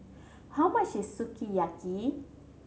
how much is Sukiyaki